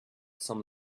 some